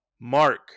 mark